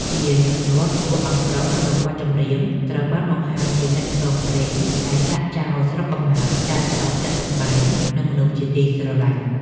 ជាញឹកញាប់ តួអង្គប្រុសក្នុងបទចម្រៀងត្រូវបានបង្ហាញជាអ្នកផ្សងព្រេងដែលចាកចោលស្រុកកំណើត ចាកចោលផ្ទះសម្បែង និងមនុស្សជាទីស្រឡាញ់។